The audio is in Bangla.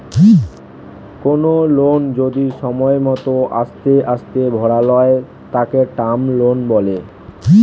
কোনো লোন যদি সময় মতো আস্তে আস্তে ভরালয় তাকে টার্ম লোন বলে